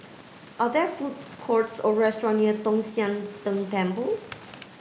are there food courts or restaurant near Tong Sian Tng Temple